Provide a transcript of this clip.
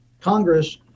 Congress